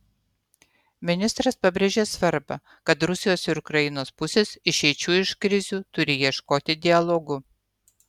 ministras pabrėžė svarbą kad rusijos ir ukrainos pusės išeičių iš krizių turi ieškoti dialogu